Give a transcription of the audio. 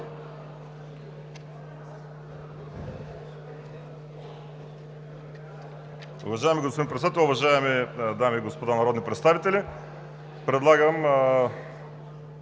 Уважаеми господин Председател, уважаеми дами и господа народни представители! Искам